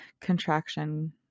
contraction